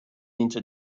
into